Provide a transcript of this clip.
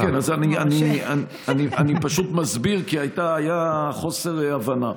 כן, כן, אני פשוט מסביר כי היה חוסר הבנה.